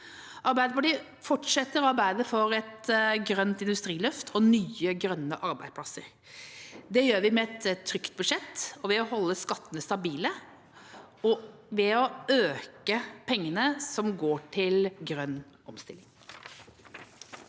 Arbeiderpartiet fortsetter å arbeide for et grønt industriløft og nye grønne arbeidsplasser. Det gjør vi med et trygt budsjett, ved å holde skattene stabile og ved å øke pengene som går til grønn omstilling.